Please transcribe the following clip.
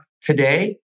today